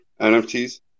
NFTs